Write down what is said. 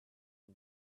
for